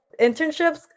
internships